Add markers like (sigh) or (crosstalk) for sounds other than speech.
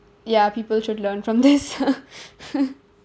ya people should learn from this (laughs)